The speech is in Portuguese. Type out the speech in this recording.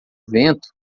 vento